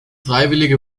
freiwillige